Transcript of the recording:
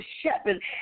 shepherd